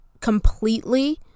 completely